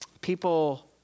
People